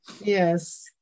yes